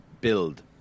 build